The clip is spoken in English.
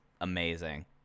amazing